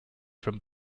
from